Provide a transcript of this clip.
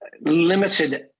limited